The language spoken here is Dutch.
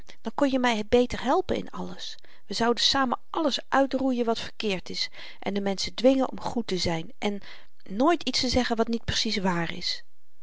dan kon je my beter helpen in alles we zouden samen alles uitroeien wat verkeerd is en de menschen dwingen om goed te zyn en nooit iets te zeggen wat niet precies waar is